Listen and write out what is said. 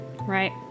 right